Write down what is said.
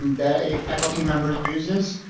um that a faculty member uses.